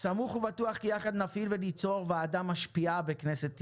סמוך ובטוח כי יחד נפעיל וניצור ועדה משפיעה בכנסת ישראל.